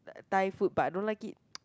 thai food but I don't like it